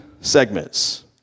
segments